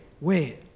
wait